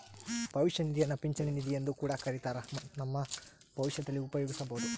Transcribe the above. ಭವಿಷ್ಯ ನಿಧಿಯನ್ನ ಪಿಂಚಣಿ ನಿಧಿಯೆಂದು ಕೂಡ ಕರಿತ್ತಾರ, ನಮ್ಮ ಭವಿಷ್ಯದಲ್ಲಿ ಉಪಯೋಗಿಸಬೊದು